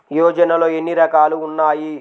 యోజనలో ఏన్ని రకాలు ఉన్నాయి?